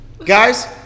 Guys